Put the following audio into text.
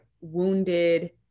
wounded